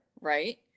Right